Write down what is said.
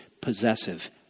possessive